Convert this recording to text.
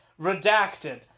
Redacted